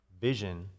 vision